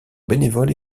bénévoles